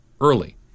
early